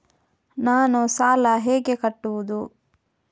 ನಾನು ಸಾಲ ಹೇಗೆ ಕಟ್ಟುವುದು?